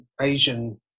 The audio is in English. Asian